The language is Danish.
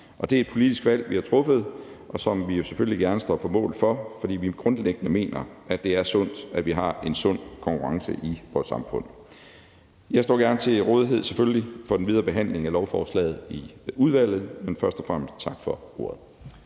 Det er et politisk valg, vi har truffet, og som vi selvfølgelig gerne står på mål for, fordi vi grundlæggende mener, at det er sundt, at vi har en sund konkurrence i vores samfund. Jeg står selvfølgelig gerne til rådighed for den videre behandling af lovforslaget i udvalget, men først og fremmest vil jeg sige